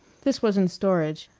this was in storage,